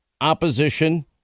opposition